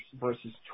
versus